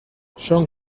son